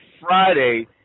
Friday